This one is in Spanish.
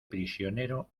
prisionero